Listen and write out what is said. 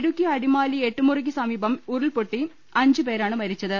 ഇടുക്കി അടിമാലി എട്ടുമുറിയ്ക്ക് സമീപം ഉരുൾപൊട്ടി അഞ്ച് പേരാണ് മരിച്ചത്